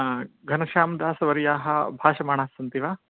घनश्यामदासवर्याः भाषमाणः सन्ति वा